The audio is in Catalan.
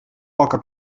poca